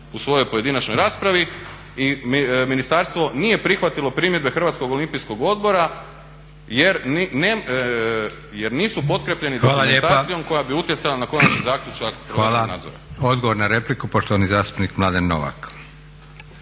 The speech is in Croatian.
u svojoj pojedinačnoj raspravi. I Ministarstvo nije prihvatilo primjedbe HOO-a jer nisu pokrepljeni dokumentacijom koja bi utjecala na konačni zaključak … nadzora.